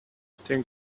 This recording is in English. think